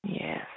Yes